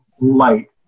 light